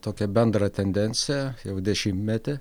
tokią bendrą tendenciją jau dešimtmetį